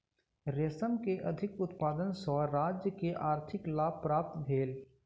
रेशम के अधिक उत्पादन सॅ राज्य के आर्थिक लाभ प्राप्त भेल